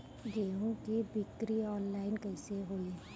गेहूं के बिक्री आनलाइन कइसे होई?